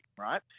right